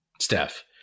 Steph